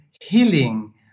healing